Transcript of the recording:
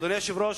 אדוני היושב-ראש,